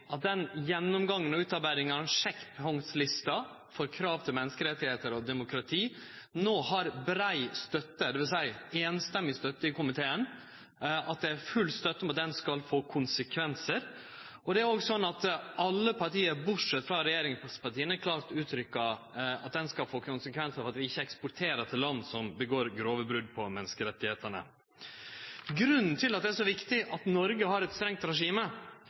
gjennomgangen og utarbeidinga av ei sjekkpunktliste for krav til menneskerettar og demokrati no har brei støtte – dvs. samrøystes støtte i komiteen – og at det er full støtte til at ho skal få konsekvensar. Det er òg sånn at alle parti bortsett frå regjeringspartia klart uttrykkjer at ho skal få konsekvensar ved at vi ikkje eksporterer til land som gjer grove brot på menneskerettane. Grunnen til at det er så viktig at Noreg har eit strengt